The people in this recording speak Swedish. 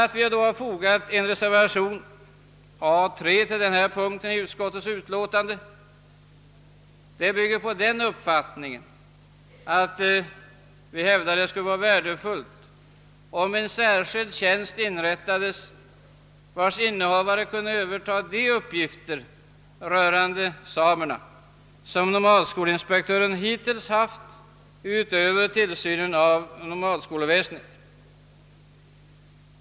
Att vi fogat en reservation — A 3 — till denna punkt i utskottets utlåtande beror på vår uppfattning att det skulle vara värdefullt om en särskild tjänst inrättades, vars innehavare kunde överta de uppgifter rörande samerna som nomadskolinspektören hittills haft utöver tillsynen av nomadskolväsendet.